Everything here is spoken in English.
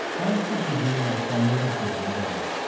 i shall give you my final decision then.